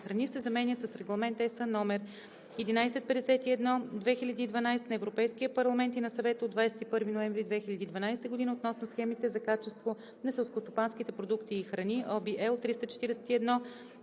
храни“ се заменят с „Регламент (ЕС) № 1151/2012 на Европейския парламент и на Съвета от 21 ноември 2012 година относно схемите за качество на селскостопанските продукти и храни (ОВ, L 343/1